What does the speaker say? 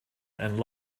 and